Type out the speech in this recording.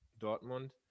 Dortmund